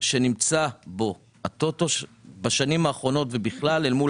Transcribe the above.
שנמצא בו ה-טוטו בשנים האחרונות ובכלל אל מול